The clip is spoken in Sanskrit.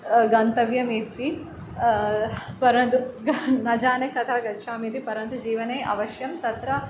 गन्तव्यम् इति परन्तु न जाने कदा गच्छामि इति परन्तु जीवने अवश्यं तत्र